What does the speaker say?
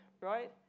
right